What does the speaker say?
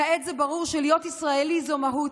כעת זה ברור שלהיות ישראלי זה מהות,